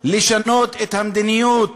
לשנות את המדיניות